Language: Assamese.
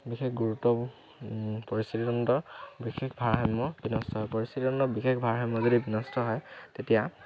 বিশেষ গুৰুত্ব পৰিস্থিতি তন্ত্ৰৰ বিশেষ ভাৰাসাম্য বিনষ্ট হয় পৰিস্থিতি তন্ত্ৰৰ বিশেষ ভাৰসাম্য যদি বিনষ্ট হয় তেতিয়া